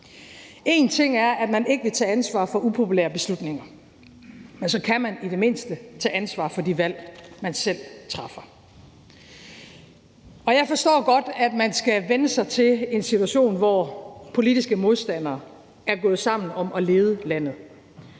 Én ting er, at man ikke vil tage ansvaret for upopulære beslutninger, men så kan man i det mindste tage ansvaret for de valg, man selv træffer. Jeg forstår godt, at man skal vænne sig til en situation, hvor politiske modstandere er gået sammen om at lede landet.